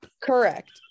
Correct